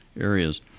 areas